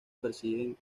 persiguen